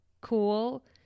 cool